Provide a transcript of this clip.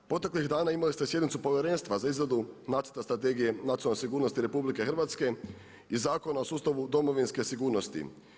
Proteklih dana imali ste sjednicu povjerenstva za izradu Nacrta strategije nacionalne sigurnosti RH i Zakona o sustavu domovinske sigurnosti.